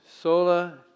Sola